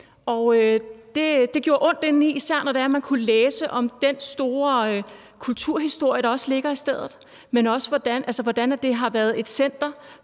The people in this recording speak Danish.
det gjorde ondt indeni, især når man kunne læse om den store kulturhistorie, der også er på stedet, men også hvordan det har været et center